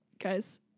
Guys